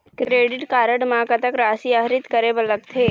Credit card म कतक राशि आहरित करे बर लगथे?